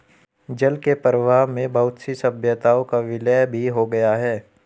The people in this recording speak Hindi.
जल के प्रवाह में बहुत सी सभ्यताओं का विलय भी हो गया